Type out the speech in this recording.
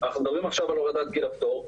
אנחנו מדברים עכשיו על הורדת גיל הפטור,